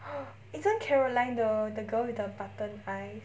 !huh! isn't caroline the the girl with the button eyes